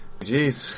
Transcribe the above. Jeez